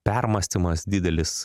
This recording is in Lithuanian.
permąstymas didelis